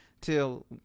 till